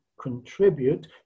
contribute